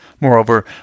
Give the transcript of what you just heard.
Moreover